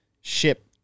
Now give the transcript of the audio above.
ship